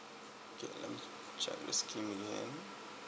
okay let me check the scheme again